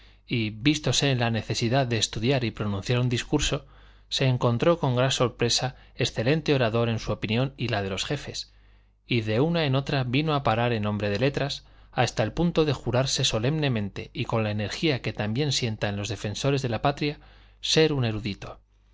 y vístose en la necesidad de estudiar y pronunciar un discurso se encontró con gran sorpresa excelente orador en su opinión y la de los jefes y de una en otra vino a parar en hombre de letras hasta el punto de jurarse solemnemente y con la energía que tan bien sienta en los defensores de la patria ser un erudito